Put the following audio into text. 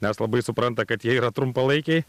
nes labai supranta kad jie yra trumpalaikiai